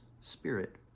spirit